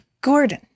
Gordon